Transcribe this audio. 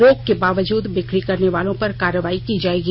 रोक के बावजूद बिक्री करने वालों पर कार्रवाई की जाएगी